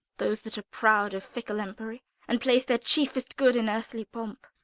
those that are proud of fickle empery and place their chiefest good in earthly pomp,